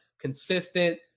consistent